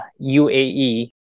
UAE